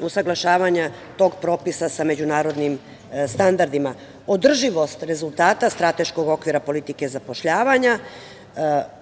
usaglašavanja tog propisa sa međunarodnim standardima. Održivost rezultata Strateškog okvira politike zapošljavanja